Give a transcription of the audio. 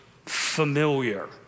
familiar